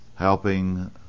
helping